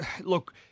look